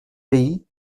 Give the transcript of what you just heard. pays